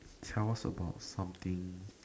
tell us about something